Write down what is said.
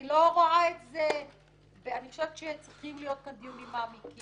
אני חושבת שצריכים להיות כאן דיונים מעמיקים,